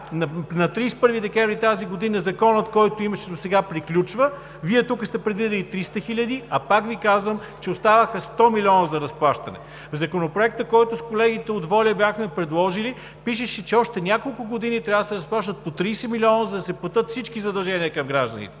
на 31 декември тази година Законът, който беше досега, приключва. Вие тук сте предвидили 300 хиляди, а пак Ви казвам, че останаха 100 милиона за разплащане. В Законопроекта, който с колегите от ВОЛЯ бяхме предложили, пишеше, че още няколко години трябва да се разплащат по 30 милиона, за да се платят всички задължения към гражданите.